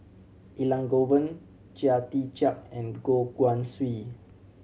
Elangovan Chia Tee Chiak and Goh Guan Siew